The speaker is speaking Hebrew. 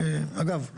אגב,